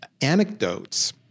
anecdotes